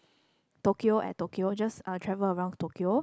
Tokyo at Tokyo just uh travel around Tokyo